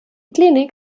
klinik